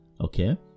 okay